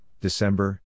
December